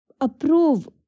approve